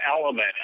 element